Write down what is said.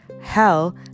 hell